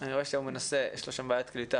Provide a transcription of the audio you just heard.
אני רואה שהוא מנסה, יש לו שם בעיית קליטה.